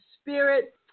spirit